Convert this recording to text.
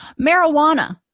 Marijuana